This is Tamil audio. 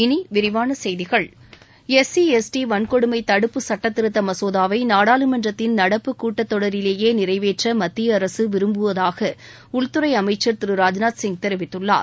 இனி விரிவான செய்திகள் எஸ் சி எஸ் டி வன்கொடுமை தடுப்பு சட்டத்திருத்த மசோதாவை நாடாளுமன்றத்தின் நடப்பு கூட்டத்தொடரிலேயே நிறைவேற்ற மத்திய அரசு விரும்புவதாக உள்துறை அமைச்சர் திரு ராஜ்நாத்சிங் தெரிவித்துள்ளார்